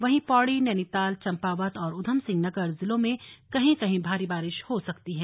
वहीं पौड़ी नैनीताल चंपावत और उधमसिंह नगर जिलों में कहीं कहीं भारी बारिश हो सकती है